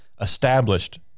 established